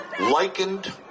likened